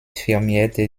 firmierte